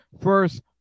First